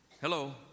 Hello